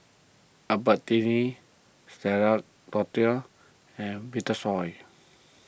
Albertini Stella and Vitasoy